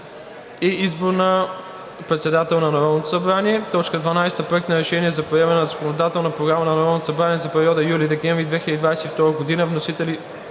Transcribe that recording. и избор на председател на Народното събрание. 12. Проект на решение за приемане на Законодателна програма на Народното събрание за периода юли – декември 2022 г.